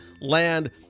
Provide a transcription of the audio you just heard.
land